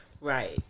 Right